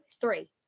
three